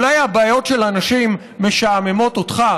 אולי הבעיות של האנשים משעממות אותך,